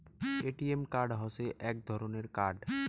ATM card হসে এক ধরণের কার্ড